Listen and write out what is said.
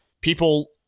people